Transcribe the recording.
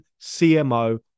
CMO